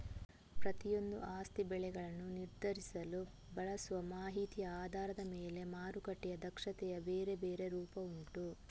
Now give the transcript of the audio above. ಪ್ರತಿಯೊಂದೂ ಆಸ್ತಿ ಬೆಲೆಗಳನ್ನ ನಿರ್ಧರಿಸಲು ಬಳಸುವ ಮಾಹಿತಿಯ ಆಧಾರದ ಮೇಲೆ ಮಾರುಕಟ್ಟೆಯ ದಕ್ಷತೆಯ ಬೇರೆ ಬೇರೆ ರೂಪ ಉಂಟು